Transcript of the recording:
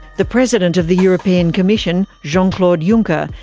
the president of the european commission, jean-claude juncker,